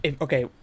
Okay